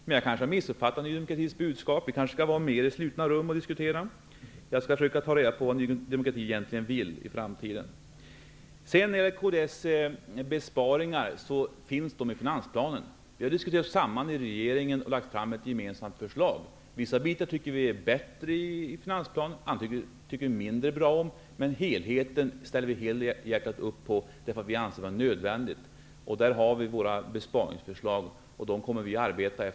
Jag har kanske missuppfattat Ny demokratis budskap. Kanske borde vi oftare diskutera i sluta rum. Jag skall försöka ta reda på vad Ny demokrati egentligen vill för framtiden. Kds besparingar finns angivna i finansplanen. Regeringspartierna har diskuterat sig samman och lagt fram ett gemensamt förslag. Vissa delar av finansplanen tycker vi i kds bättre om, andra tycker vi mindre bra om. Men helheten ställer vi helhjärtat upp på, därför att vi anser att det är nödvändigt. Det är våra besparingsförslag och de kommer vi att arbeta för.